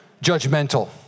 Judgmental